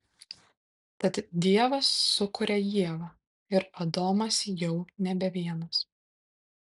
tad dievas sukuria ievą ir adomas jau nebe vienas